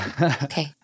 Okay